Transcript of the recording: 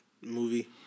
movie